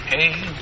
Hey